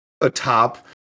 atop